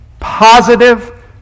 positive